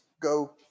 go